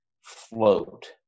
float